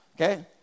Okay